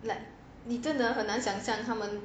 like 你真的很难想象他们